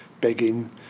begging